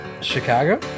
Chicago